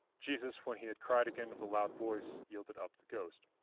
jesus, when he had cried again with a loud voice, yielded up the ghost.